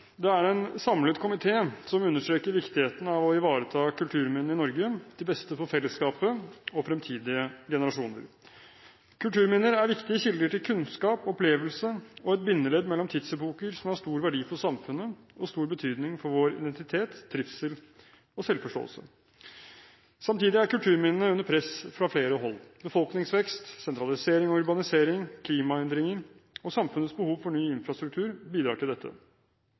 understreker viktigheten av å ivareta kulturminnene i Norge, til beste for fellesskapet og fremtidige generasjoner. Kulturminner er viktige kilder til kunnskap og opplevelse og et bindeledd mellom tidsepoker som har stor verdi for samfunnet, og stor betydning for vår identitet, trivsel og selvforståelse. Samtidig er kulturminnene under press fra flere hold. Befolkningsvekst, sentralisering og urbanisering, klimaendringer og samfunnets behov for ny infrastruktur bidrar til dette.